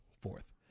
fourth